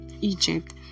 Egypt